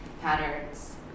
patterns